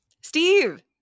Steve